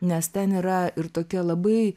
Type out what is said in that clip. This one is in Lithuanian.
nes ten yra ir tokie labai